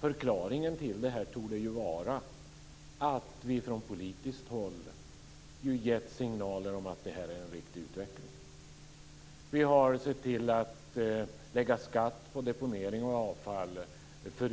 Förklaringen till detta torde vara att vi från politiskt håll har gett signaler om att det här är en riktig utveckling. Vi har lagt skatt på deponering av avfall och